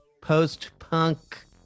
post-punk